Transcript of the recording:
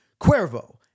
Cuervo